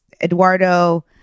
Eduardo